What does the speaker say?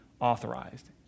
authorized